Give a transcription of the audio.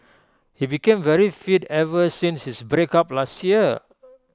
he became very fit ever since his breakup last year